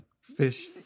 Fish